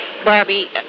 Barbie